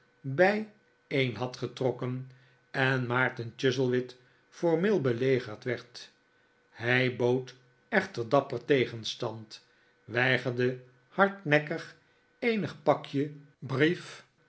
draak bijeen had getrokken en maarten chuzzlewit formeel belegerd werd hij bood echter dapper tegenstand weigerde hardnekkig eenig pakje brief